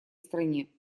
стране